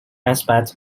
aspect